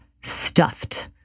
stuffed